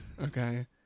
Okay